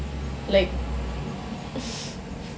like